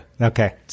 Okay